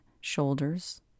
shoulders